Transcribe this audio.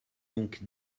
donc